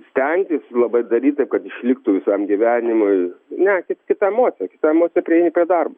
stengtis labai daryti taip kad liktų visam gyvenimui ne kita emocija kita emocija prieini prie darbo